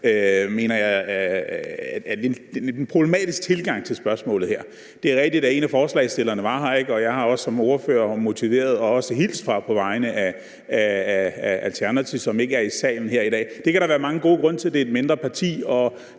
er en problematisk tilgang til spørgsmålet her. Det er rigtigt, at en af forslagsstillerne ikke er her, og jeg har som ordfører motiveret og hils på vegne af Alternativet, som ikke er her i salen i dag. Det kan der være mange gode grunde til – det er mindre parti,